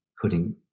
putting